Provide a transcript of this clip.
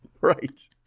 right